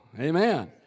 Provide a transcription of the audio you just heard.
Amen